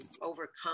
overcome